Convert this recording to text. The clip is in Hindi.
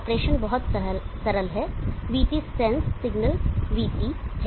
ऑपरेशन बहुत सरल है VT सेंसड सिग्नल VT है